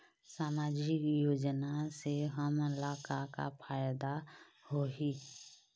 सामाजिक योजना से हमन ला का का फायदा होही?